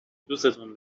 دوستون